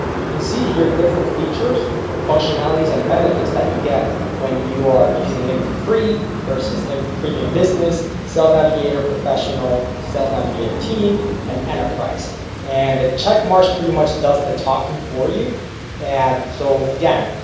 you can see here the different features and functionalities and benefits that you get when you are using linkedin free versus linkedin like premium business sales navigator professional sales navigator team and enterprise and the check marks pretty much does the talking for you and so again,